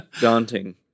daunting